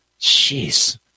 Jeez